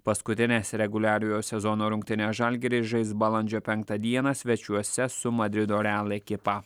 paskutines reguliariojo sezono rungtynes žalgiris žais balandžio penktą dieną svečiuose su madrido real ekipa